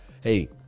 Hey